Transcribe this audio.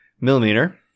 millimeter